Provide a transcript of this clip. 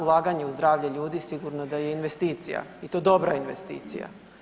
Ulaganje u zdravlje ljudi sigurno da je investicija i to dobra investicija.